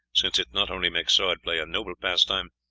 since it not only makes sword-play a noble pastime,